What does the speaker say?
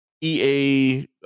EA